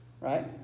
Right